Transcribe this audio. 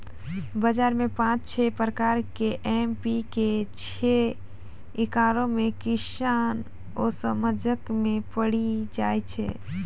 बाजार मे पाँच छह प्रकार के एम.पी.के छैय, इकरो मे किसान असमंजस मे पड़ी जाय छैय?